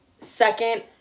Second